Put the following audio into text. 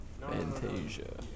Fantasia